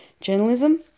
journalism